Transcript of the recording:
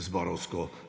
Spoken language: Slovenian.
zborovsko